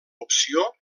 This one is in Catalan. opció